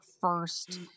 first